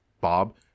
bob